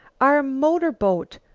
our motorboat!